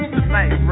Tonight